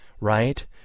right